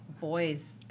boys